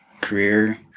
career